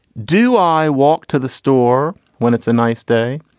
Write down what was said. do i walk to the store when it's a nice day?